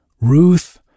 Ruth